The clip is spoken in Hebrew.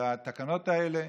לתקנות האלה,